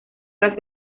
gas